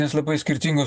nes labai skirtingos